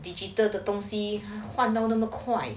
digital 的东西换都那么快